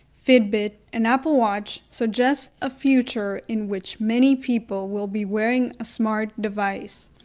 fitbit, and apple watch suggest a future in which many people will be wearing a smart device.